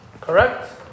correct